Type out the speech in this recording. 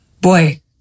boy